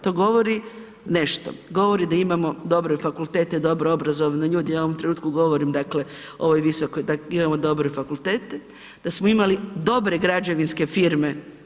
To govori nešto, govori da imamo dobre fakultete, dobro obrazovane ljude ja u ovom trenutku govorim dakle o ovoj visokoj, da imamo dobre fakultete, da smo imali dobre građevinske firme.